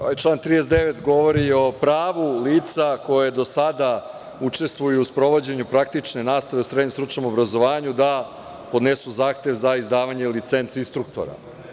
Ovaj član 39. govori o pravu lica koja učestvuju u sprovođenju praktične nastave u srednjem stručnom obrazovanju da podnesu zahtev za izdavanje licence instruktora.